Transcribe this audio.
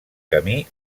camí